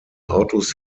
autos